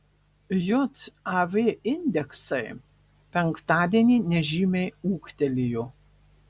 jav indeksai penktadienį nežymiai ūgtelėjo